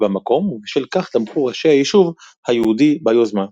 במקום ובשל כך תמכו ראשי היישוב היהודי ביוזמה.